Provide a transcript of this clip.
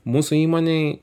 mūsų įmonėj